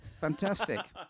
Fantastic